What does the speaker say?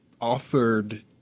offered